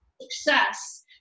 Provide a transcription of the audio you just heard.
success